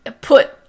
put